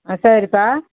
ஆ சரிப்பா